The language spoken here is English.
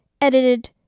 Edited